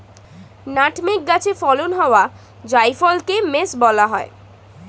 nutmeg গাছে ফলন হওয়া জায়ফলকে মেস বলা হয়